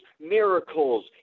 miracles